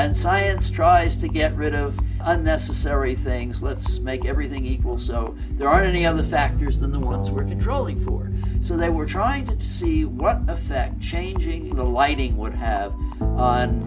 and science tries to get rid of unnecessary things let's make everything equal so there aren't any other factors than the ones we're controlling for so they were trying to see what effect changing the lighting would have on